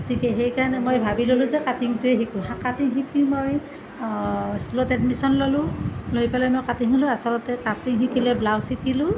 তেতিয়া সেইকাৰণে মই ভাবি ল'লোঁ যে কাটিঙটোৱে শিকোঁ কাটিং শিকি মই স্কুলত এডমিশ্যন ল'লোঁ লৈ পেলাই মই আচলতে কাটিং শিকি লৈ ব্লাউজ শিকিলোঁ